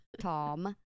Tom